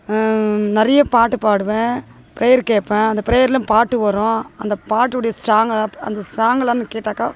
நிறைய பாட்டு பாடுவேன் ப்ரேயர் கேட்பேன் அந்த ப்ரேயர்லும் பாட்டு வரும் அந்த பாட்டுடைய ஸ்டாங்லாம் அந்த சாங்குலாம் நான் கேட்டாக்கா